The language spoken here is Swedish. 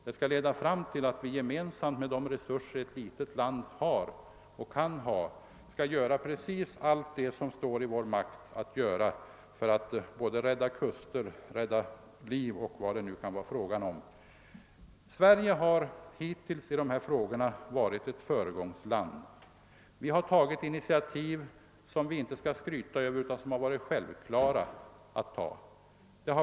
Den skall leda fram till att vi med de resurser som vi som ett litet land förfogar över skall göra precis allt vad som står i vår makt för att rädda kuster, rädda liv och vad det kan vara fråga om. Sverige har hittills i dessa frågor varit ett föregångsland. Vi har tagit initiativ som vi inte skall skryta över utan som det varit självklart att ta.